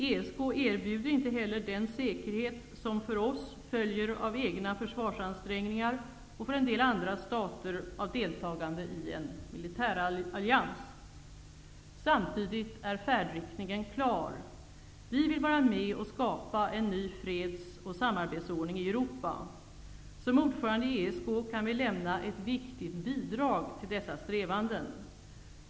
ESK erbjuder inte heller den säkerhet som för oss följer av egna försvarsansträngningar och för en del andra stater av deltagande i en militärallians. Samtidigt är färdriktningen klar. Vi vill vara med om att skapa en ny freds och samarbetsordning i Europa. Som ordförande i ESK kan vi lämna ett viktigt bidrag till dessa strävanden.